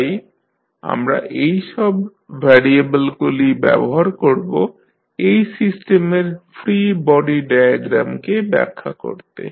তাই আমরা এইসব ভ্যারিয়েবেলগুলি ব্যবহার করব এই সিস্টেমের ফ্রী বডি ডায়াগ্রামকে ব্যাখ্যা করতে